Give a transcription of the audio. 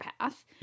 path